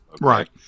right